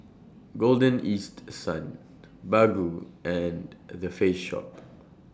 Golden East Sun Baggu and The Face Shop